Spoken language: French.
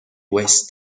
ouest